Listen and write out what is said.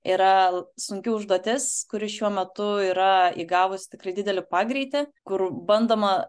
yra sunki užduotis kuri šiuo metu yra įgavus tikrai didelį pagreitį kur bandoma